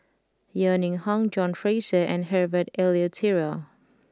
Yeo Ning Hong John Fraser and Herbert Eleuterio